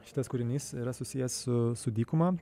šitas kūrinys yra susijęs su su dykuma